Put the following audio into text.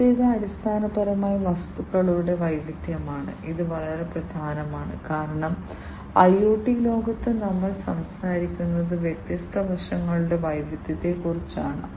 ആദ്യത്തേത് അടിസ്ഥാനപരമായി വസ്തുക്കളുടെ വൈവിധ്യമാണ് ഇത് വളരെ പ്രധാനമാണ് കാരണം IoT ലോകത്ത് നമ്മൾ സംസാരിക്കുന്നത് വ്യത്യസ്ത വശങ്ങളുടെ വൈവിധ്യത്തെക്കുറിച്ചാണ്